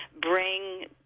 bring